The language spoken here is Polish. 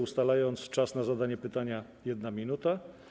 Ustalam czas na zadanie pytania - 1 minuta.